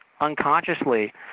unconsciously